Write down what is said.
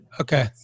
Okay